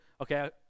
Okay